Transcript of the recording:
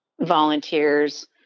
volunteers